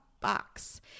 box